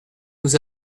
nous